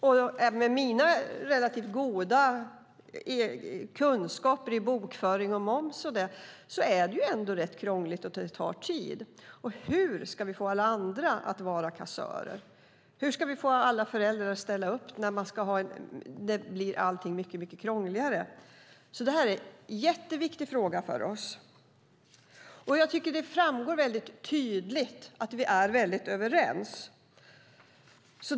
Även med mina relativt goda kunskaper i bokföring, moms och så vidare är det rätt krångligt, och det tar tid. Hur ska vi då få alla andra att vara kassörer? Hur ska vi få alla föräldrar att ställa upp när allting blir mycket krångligare? Detta är en jätteviktig fråga för oss. Jag tycker att det framgår tydligt att vi är överens.